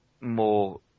more